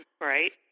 right